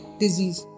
disease